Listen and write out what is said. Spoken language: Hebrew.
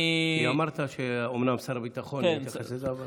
כי אמרת שאומנם שר הביטחון יתייחס לזה,